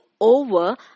over